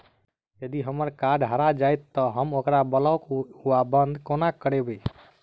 यदि हम्मर कार्ड हरा जाइत तऽ हम ओकरा ब्लॉक वा बंद कोना करेबै?